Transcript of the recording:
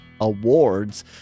awards